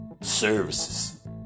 services